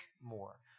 more